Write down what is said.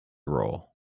role